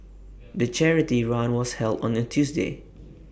the charity run was held on A Tuesday